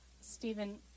Stephen